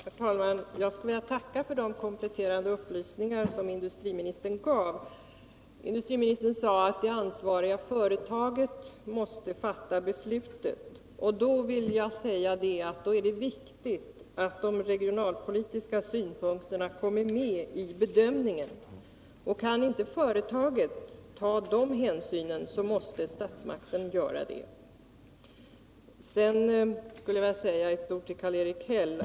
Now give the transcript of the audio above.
Herr talman! Jag skulle vilja tacka för de kompletterande upplysningar industriministern gav. Industriministern sade att det ansvariga företaget måste fatta beslut. Då är det viktigt att de regionalpolitiska synpunkterna kommer med i bedömningen. Kan inte företaget ta de hänsynen måste statsmakten göra det. Sedan skulle jag vilja säga några ord till Karl-Erik Häll.